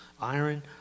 iron